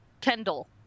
kendall